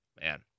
man